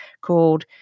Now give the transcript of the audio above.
called